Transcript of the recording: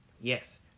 Yes